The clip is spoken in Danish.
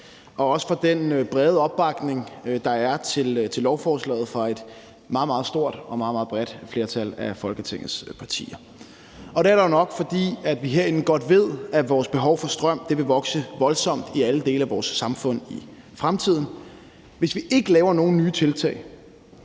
også for den brede opbakning, der er til lovforslaget fra et meget, meget stort og meget, meget bredt flertal af Folketingets partier. Det er der jo nok, fordi vi herinde godt ved, at vores behov for strøm vil vokse voldsomt i alle dele af vores samfund i fremtiden. Hvis vi ikke laver nogen nye tiltag